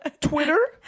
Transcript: Twitter